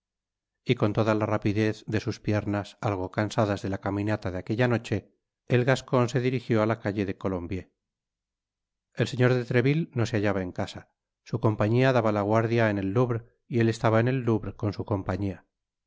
y con toda la rapidez de sus piernas algo cansadas de la caminata de aquella noche el gascon se dirijió á la calle de colombier el señor de treville no se hallaba en casa su compañía daba la guardia en el louvre y él estaba en el louvre con su compañía